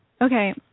okay